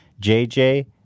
JJ